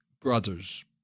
Brothers